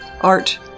art